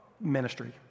ministry